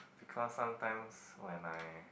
because sometimes when I